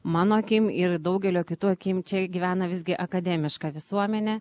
mano akim ir daugelio kitų akim čia gyvena visgi akademiška visuomenė